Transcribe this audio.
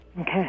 Okay